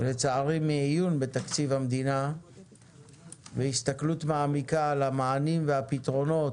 לצערי מעיון בתקציב המדינה והסתכלות מעמיקה על המענים והפתרונות